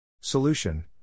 Solution